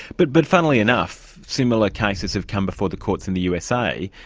but but funnily enough, similar cases have come before the courts in the usa,